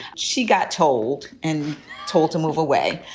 she got told and told to move away.